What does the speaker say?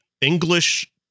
English